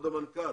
קודם כל,